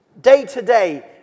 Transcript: day-to-day